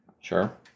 Sure